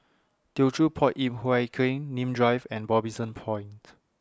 Teochew Poit Ip Huay Kuan Nim Drive and Robinson Point